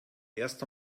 erst